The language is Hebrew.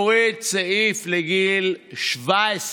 משה אבוטבול, נגד סמי אבו שחאדה,